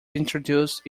introduced